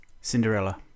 Cinderella